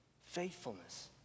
faithfulness